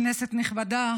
כנסת נכבדה,